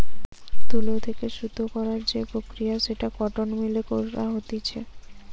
তুলো থেকে সুতো করার যে প্রক্রিয়া সেটা কটন মিল এ করা হতিছে